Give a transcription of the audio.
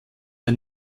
ein